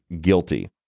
guilty